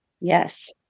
yes